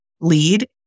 lead